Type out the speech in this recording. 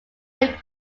met